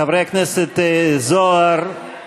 של חברי הכנסת עליזה לביא ואלעזר שטרן